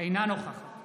אינה נוכחת